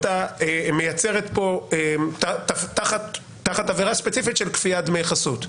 ומייצרת כאן תחת עבירה ספציפית של כפיית דמי חסות.